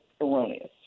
erroneous